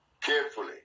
carefully